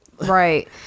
right